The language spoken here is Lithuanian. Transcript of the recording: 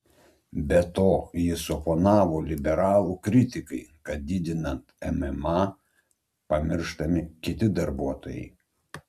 be to jis oponavo liberalų kritikai kad didinant mma pamirštami kiti darbuotojai